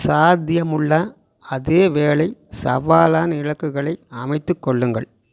சாத்தியமுள்ள அதே வேளை சவாலான இலக்குகளை அமைத்துக் கொள்ளுங்கள்